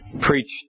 preached